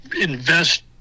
invest